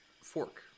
fork